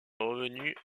revenue